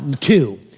two